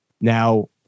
Now